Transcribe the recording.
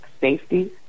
safety